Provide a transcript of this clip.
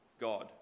God